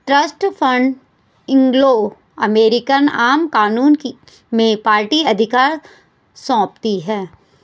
trust fund Anglo American आम कानून में पार्टी अधिकार सौंपती है